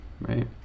right